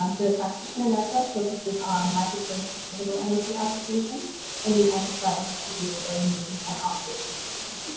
um the practitioner network focuses on market-based sustainable energy applications and we emphasize distributed or mini and off-grid solutions.